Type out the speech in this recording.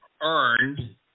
earned